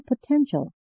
potential